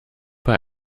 bei